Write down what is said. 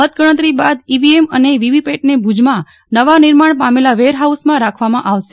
મતગણતરી બાદ ઈવીએમ અને વીવીપેટને ભુજમાં નવા નિર્માણ પામેલા વેરફાઉસમાં રાખવામાં આવશે